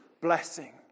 blessing